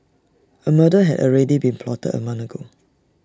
A murder had already been plotted A month ago